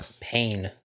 pain